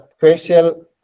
facial